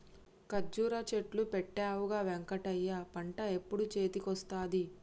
కర్జురా చెట్లు పెట్టవుగా వెంకటయ్య పంట ఎప్పుడు చేతికొస్తది